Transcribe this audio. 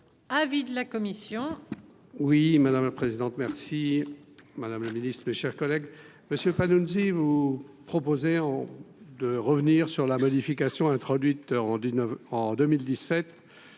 avis de la commission